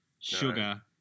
sugar